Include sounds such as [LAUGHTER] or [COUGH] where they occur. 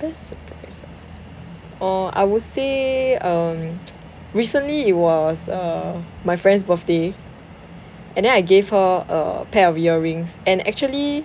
best surprise ah oh I would say um [NOISE] recently it was err my friend's birthday and then I gave her a pair of earrings and actually